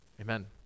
Amen